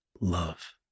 Love